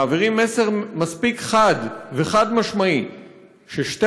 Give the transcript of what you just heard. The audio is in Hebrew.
ומעבירים מסר מספיק חד וחד-משמעי ששתי